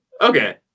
okay